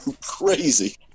crazy